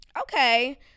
Okay